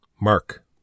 Mark